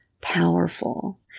powerful